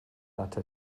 atat